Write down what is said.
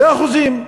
באחוזים?